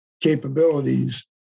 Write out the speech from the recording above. capabilities